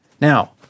now